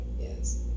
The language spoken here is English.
Yes